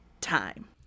time